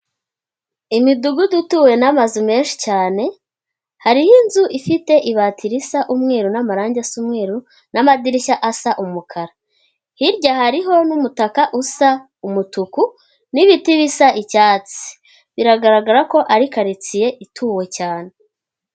Imidugudu ituwe n'amazu menshi cyane, hari inzu, ifite ibati risa umweru n'amarangi simweru n'amadirishya asa umukara, hirya hariho n'umutaka usa umutuku, n'ibiti bisa icyatsi, biragaragara ko ari karitsiye ituwe cyane.